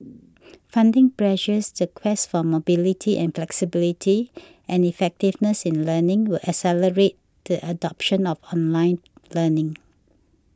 funding pressures the quest for mobility and flexibility and effectiveness in learning will accelerate the adoption of online learning